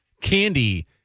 candy